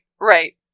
Right